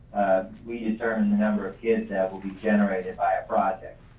we determine the number of kids that will be generated by a project.